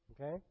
Okay